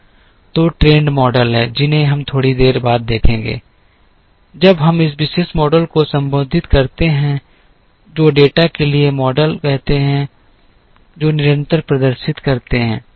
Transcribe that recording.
तो trend model हैं जिन्हें हम थोड़ी देर बाद देखेंगे जब हम इस विशेष मॉडल को संबोधित करते हैं जो डेटा के लिए मॉडल कहते हैं जो निरंतर प्रदर्शित करते हैं